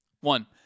One